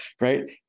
Right